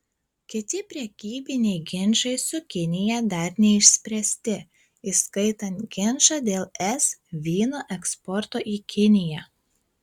kiti prekybiniai ginčai su kinija dar neišspręsti įskaitant ginčą dėl es vyno eksporto į kiniją